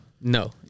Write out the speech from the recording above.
No